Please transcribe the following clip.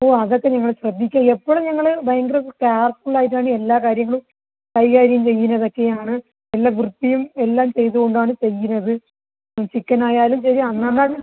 ഓഹ് അതൊക്കെ നിങ്ങൾ ശ്രദ്ധിക്കണമല്ലൊ എപ്പോഴും ഞങ്ങൾ ഭയങ്കര കെയർഫുൾ ആയിട്ടാണ് എല്ലാ കാര്യങ്ങളും കൈകാര്യം ചെയ്യുന്നത് ഒക്കെയാണ് നല്ല വൃത്തിയും എല്ലാം ചെയ്തുകൊണ്ടാണ് ചെയ്യുന്നത് ചിക്കൻ ആയാലും ശരി അന്നന്ന് അത്